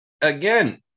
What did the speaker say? again